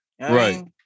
Right